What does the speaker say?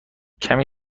کمی